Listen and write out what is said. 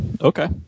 Okay